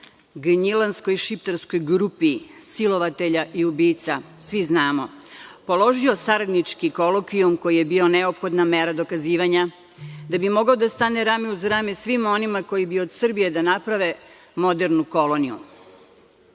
Gnjilanskoj šipatarskoj grupi silovatelja i ubica, svi znamo, položio saradnički kolokvijum koji je bio neophodna mera dokazivanja da bi mogao da stane rame uz rame svima onima koji bi od Srbije da naprave modernu koloniju.